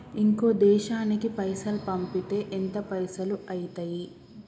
ఇంకో దేశానికి పైసల్ పంపితే ఎంత పైసలు అయితయి?